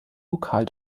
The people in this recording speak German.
vokal